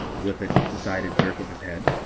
with a decided jerk of his head,